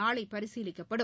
நாளைபரிசீலிக்கப்படும்